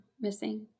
missing